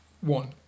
One